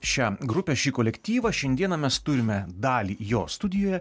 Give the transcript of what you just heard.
šią grupę šį kolektyvą šiandieną mes turime dalį jo studijoje